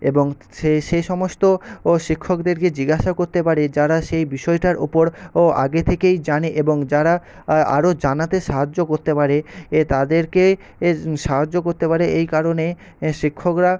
এবং সে সে সমস্ত ও শিক্ষকদেরকে জিজ্ঞাসাও করতে পারে যারা সেই বিষয়টার ওপর ও আগে থেকেই জানে এবং যারা আরও জানাতে সাহায্য করতে পারে এ তাদেরকে এ সাহায্য করতে পারে এই কারণে এ শিক্ষকরা